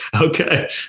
Okay